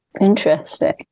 Interesting